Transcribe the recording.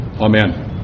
Amen